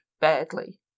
badly